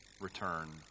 return